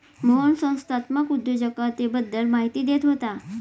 मोहन संस्थात्मक उद्योजकतेबद्दल माहिती देत होता